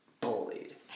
bullied